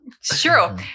sure